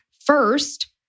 first